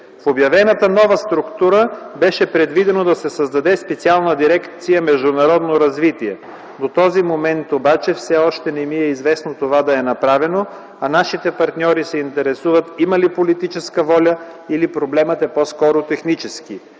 В обявената нова структура беше предвидено да се създаде специална дирекция „Международно развитие”. До този момент обаче все още не ми е известно това да е направено, а нашите партньори се интересуват има ли политическа воля или проблемът е по-скоро технически.